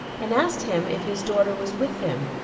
and asked him if his daughter was with him,